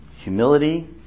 humility